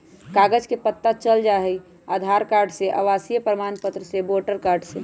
कागज से पता चल जाहई, आधार कार्ड से, आवासीय प्रमाण पत्र से, वोटर कार्ड से?